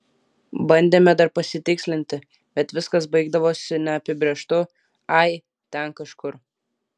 bandėme dar pasitikslinti bet viskas baigdavosi neapibrėžtu ai ten kažkur